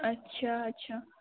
ଆଚ୍ଛା ଆଚ୍ଛା